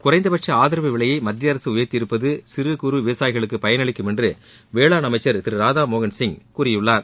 குறைந்தபட்ச ஆதரவு விலையை மத்திய அரசு உயர்த்தியிருப்பது சிறு குறு விவசாயிகளுக்கு பயனளிக்கும் என்று வேளாண் அமைச்சர் திரு ராதாமோகன்சிங் கூறியுள்ளார்